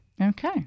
Okay